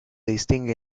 distingue